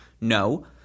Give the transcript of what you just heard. No